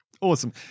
Awesome